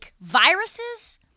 viruses—